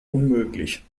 unmöglich